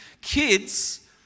Kids